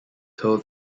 told